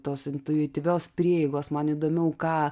tos intuityvios prieigos man įdomiau ką